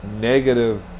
negative